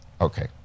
Okay